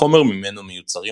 החומר ממנו מיוצרים